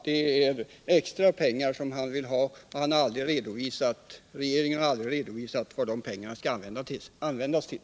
Det är extra pengar som han har, och regeringen har inte redovisat vad de skall användas till.